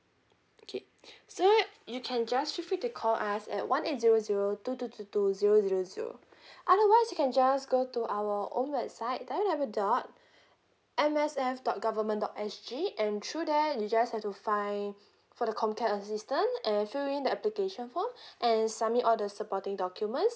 okay so it you can just feel free to call us at one eight zero zero two two two two zero zero zero otherwise you can just go to our own website w w dot M S F dot government dot s g and through there you just have to find for the comcare assistant and fill in the application form and submit all the supporting documents